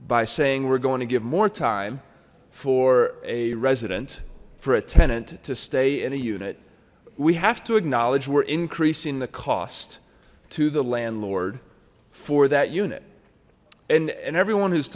by saying we're going to give more time for a resident for a tenant to stay in a unit we have to acknowledge we're increasing the cost to the landlord for that unit and and everyone